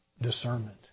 discernment